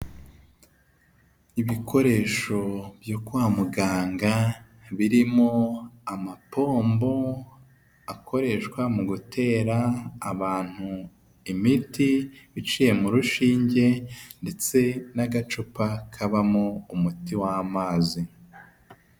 Ibikoresho byo kwa muganga birimo amapombo akoreshwa mu gutera abantu imiti iciye mu rushinge, ndetse n'agacupa kabamo umuti w'amazi.